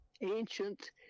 ancient